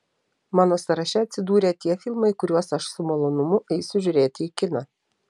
mano sąraše atsidūrė tie filmai kuriuos aš su malonumu eisiu žiūrėti į kiną